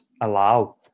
allow